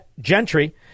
Gentry